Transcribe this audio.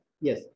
yes